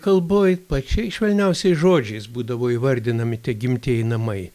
kalboj pačiais švelniausiais žodžiais būdavo įvardinami tie gimtieji namai